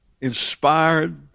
inspired